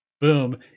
boom